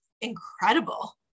incredible